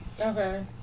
Okay